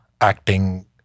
acting